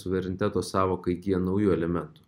suvereniteto sąvoka įgyja naujų elementų